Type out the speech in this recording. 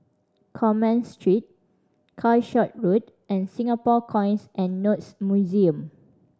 Commerce Street Calshot Road and Singapore Coins and Notes Museum